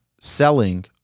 selling